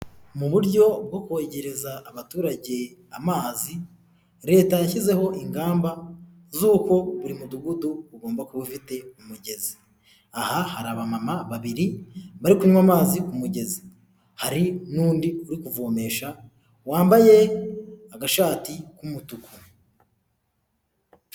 Mu buryo bwo kwegereza abaturage amazi, leta yashyizeho ingamba z'uko buri mudugudu ugomba kuba ufite umugezi, aha hari abamama babiri bari kunywa amazi ku mugezi, hari n'undi uri kuvomesha wambaye agashati k'umutuku.